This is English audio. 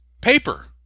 paper